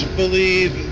believe